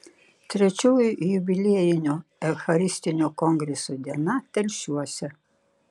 trečioji jubiliejinio eucharistinio kongreso diena telšiuose